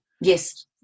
Yes